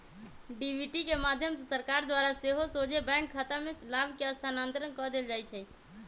DBT के माध्यम से सरकार द्वारा सेहो सोझे बैंक खतामें लाभ के स्थानान्तरण कऽ देल जाइ छै